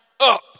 up